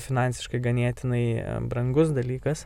finansiškai ganėtinai brangus dalykas